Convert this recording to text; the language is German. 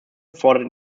fordert